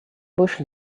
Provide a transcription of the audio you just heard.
bush